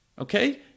okay